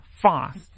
fast